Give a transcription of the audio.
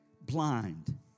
blind